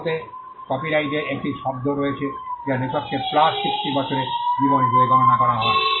ভারতে কপিরাইটের একটি শব্দ রয়েছে যা লেখককে প্লাস 60 বছরের জীবন হিসাবে গণনা করা হয়